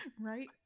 Right